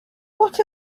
what